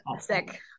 sick